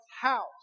house